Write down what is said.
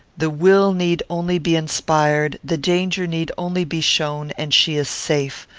the will need only be inspired, the danger need only be shown, and she is safe,